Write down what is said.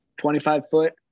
25-foot